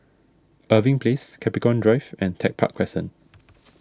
Irving Place Capricorn Drive and Tech Park Crescent